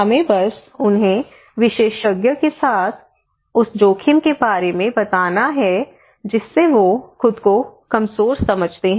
हमें बस उन्हें विशेषज्ञ के साथ उस जोखिम के बारे में बताना है जिससे वो खुद को कमजोर समझते हैं